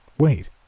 Wait